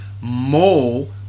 more